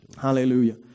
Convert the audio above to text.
Hallelujah